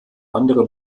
andere